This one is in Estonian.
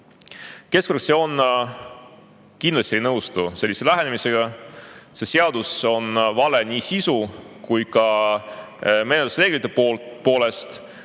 Keskfraktsioon kindlasti ei nõustu sellise lähenemisega. See seadus on vale nii sisu kui ka menetlusreeglite poolest.